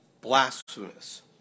blasphemous